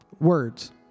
Words